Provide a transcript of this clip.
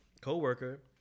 coworker